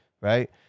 right